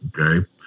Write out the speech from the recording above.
Okay